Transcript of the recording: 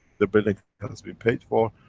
the building has been paid for,